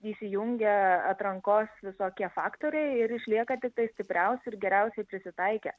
įsijungia atrankos visokie faktoriai ir išlieka tiktai stipriausi ir geriausiai prisitaikę